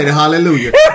hallelujah